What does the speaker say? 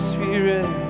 Spirit